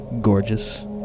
gorgeous